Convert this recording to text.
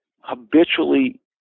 habitually